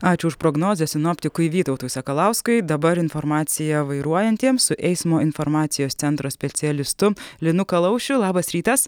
ačiū už prognozę sinoptikui vytautui sakalauskui dabar informacija vairuojantiems su eismo informacijos centro specialistu linu kalaušiu labas rytas